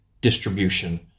distribution